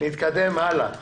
נתקדם הלאה.